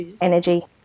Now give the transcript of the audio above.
Energy